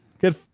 good